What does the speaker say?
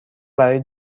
برای